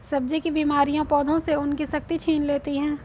सब्जी की बीमारियां पौधों से उनकी शक्ति छीन लेती हैं